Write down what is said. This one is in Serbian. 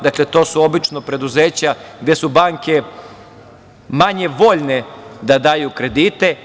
Dakle, to su obično preduzeća gde su banke manje voljne da daju kredite.